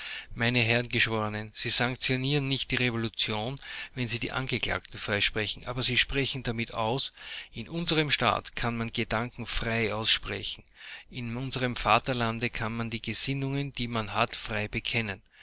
meine herren geschworenen sie sanktionieren nicht die revolution lution wenn sie die angeklagten freisprechen aber sie sprechen damit aus in unserem staate kann man gedanken frei aussprechen in unserem vaterlande kann man die gesinnungen die man hat frei bekennen